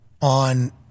on